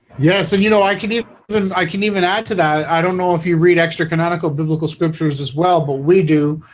yes, and you know i can eat i can even add to that i don't know if you read extra-canonical biblical scriptures as well, but we do